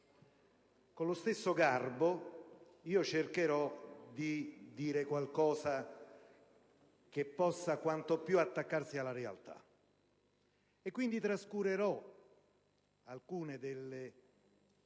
Con lo stesso garbo cercherò di dire qualcosa che possa quanto più attaccarsi alla realtà, e quindi trascurerò alcune delle ... Stavo per